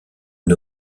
une